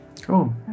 Cool